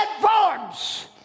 forms